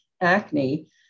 acne